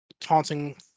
taunting